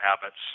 habits